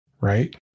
right